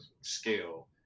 scale